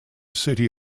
city